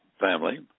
family